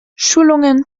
schulungen